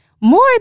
more